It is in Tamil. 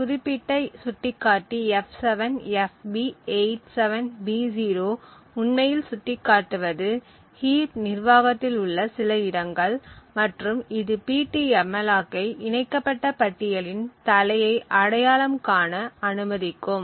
இந்த குறிப்பிட்ட சுட்டிக்காட்டி f7fb87b0 உண்மையில் சுட்டிக்காட்டுவது ஹீப் நிர்வாகத்தில் உள்ள சில இடங்கள் மற்றும் இது ptmalloc ஐ இணைக்கப்பட்ட பட்டியலின் தலையை அடையாளம் காண அனுமதிக்கும்